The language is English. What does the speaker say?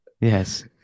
Yes